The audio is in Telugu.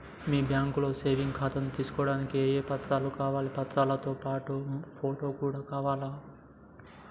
మీ బ్యాంకులో సేవింగ్ ఖాతాను తీసుకోవడానికి ఏ ఏ పత్రాలు కావాలి పత్రాలతో పాటు ఫోటో కూడా కావాలా?